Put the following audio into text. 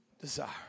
desire